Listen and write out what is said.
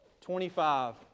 Twenty-five